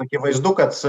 akivaizdu kad